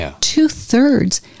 Two-thirds